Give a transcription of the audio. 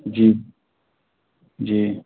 जी जी